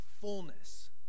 fullness